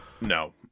No